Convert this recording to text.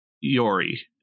Yori